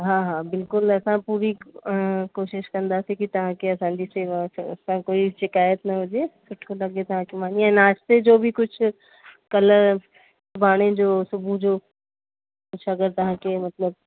हा हा बिल्कुलु असां पूरी कोशिशि कंदासीं की तव्हांखे असांजी शेवा सां कोई शिकायत न हुजे सुठो लॻे तव्हांखे मानी या नाश्ते जो बि कुझु कल्ह सुभाणे जो सुबुह जो कुझु अगरि तव्हांखे मतिलब